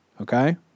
Okay